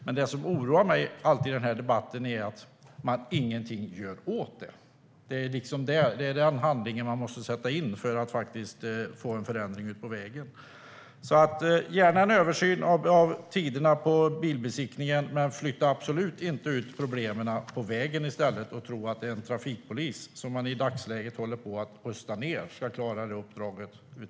Men det som alltid oroar mig i den här debatten är att man ingenting gör åt det här. Man måste sätta in den handlingen för att åstadkomma en förändring ute på vägarna. Gärna en översyn av tiderna för bilbesiktning, men flytta absolut inte ut problemen på vägen i stället! Tro inte att den trafikpolis som i dagsläget håller på att rustas ned ska klara uppdraget.